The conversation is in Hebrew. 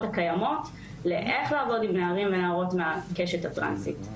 הקיימות - איך לעבוד עם נערים ונערות מהקשת הטרנסית.